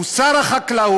מול שר החקלאות